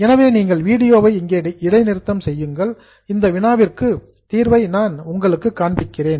எனவே நீங்கள் வீடியோவை இங்கே இடைநிறுத்தம் செய்யுங்கள் இந்த வினாவிற்கான தீர்வை நான் உங்களுக்குக் காண்பிக்கிறேன்